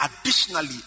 additionally